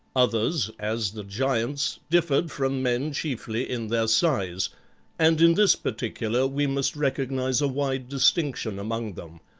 others, as the giants, differed from men chiefly in their size and in this particular we must recognize a wide distinction among them.